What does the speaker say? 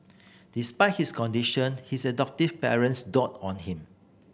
despite his condition his adoptive parents doted on him